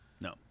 no